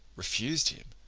refused him,